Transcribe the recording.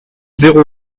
zéro